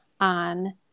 on